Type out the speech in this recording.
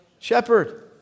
Shepherd